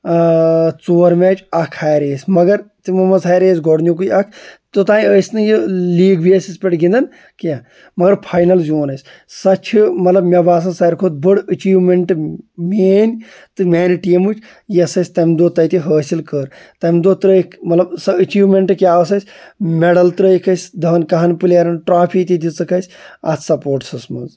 ژور میچ اَکھ ہارے أسۍ مگر تِمو منٛز ہارے أسۍ گۄڈنیُٚکُے اَکھ توٚتانۍ ٲسۍ نہٕ یہِ لیٖگ بیسَس پٮ۪ٹھ گِنٛدان کینٛہہ مگر فاینَل زیوٗن اَسہِ سۄ چھِ مطلب مےٚ باسان ساروے کھۄتہٕ بٔڈ أچیٖومینٛٹہٕ میٛٲنۍ تہٕ میٛانہِ ٹیٖمٕچ یۄس اَسہِ تَمہِ دۄہ تَتہِ حٲصِل کٔر تَمہِ دۄہ ترٛٲیِکھ مطلب سۄ أچیٖومینٛٹ کیا ٲس اَسہِ میڈَل ترٛٲیِکھ اَسہِ دَہَن کَہَن پٕلیرَن ٹرٛافی تہِ دِژٕکھ اَسہِ اَتھ سپوٹسَس منٛز